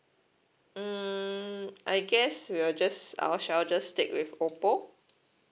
mm I guess we'll just I will shall just stick with OPPO